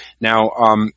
Now